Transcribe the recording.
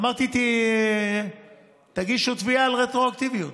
אמרתי, תגישו תביעה על רטרואקטיביות,